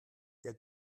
der